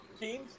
teams